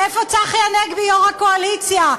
איפה צחי הנגבי, יושב-ראש הקואליציה?